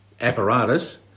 apparatus